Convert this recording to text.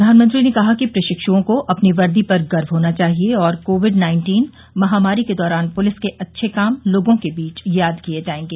प्रधानमंत्री ने कहा कि प्रशिक्षुओं को अपनी वर्दी पर गर्व होना चाहिए और कोविड नाइन्टीन महामारी के दौरान पुलिस के अच्छे काम लोगों के बीच याद किए जायेंगे